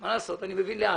מה לעשות, אני מבין לאט.